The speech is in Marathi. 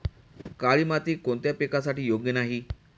काळी माती कोणत्या पिकासाठी योग्य नाही?